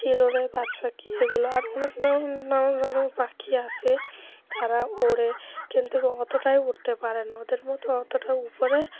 চিল ওড়ে বাজ পাখি এগুলো আর অনেক রকম নানান ধরনের পাখি আসে তারা ওড়ে কিন্তু অতটাই উঠতে পারে না ওদের মতো অতটা উপরে